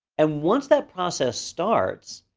and once that process starts,